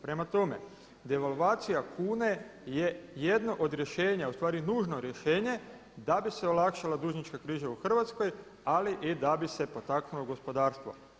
Prema tome, devalvacija kune je jedno od rješenja ustvari nužno rješenje da bi se olakšala dužnika kriza u Hrvatskoj, ali i da bi se potaknulo gospodarstvo.